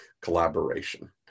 collaboration